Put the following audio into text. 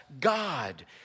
God